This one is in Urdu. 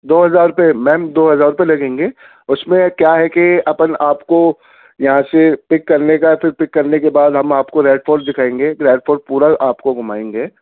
دو ہزار روپیے میم دو ہزار روپئے لگیں گے اُس میں کیا ہے کہ اپن آپ کو یہاں سے پک کرنے کا پھر پک کرنے کے بعد ہم آپ کو ریڈ فورٹ دکھائیں گے ریڈ فورٹ پورا آپ کو گُھمائیں گے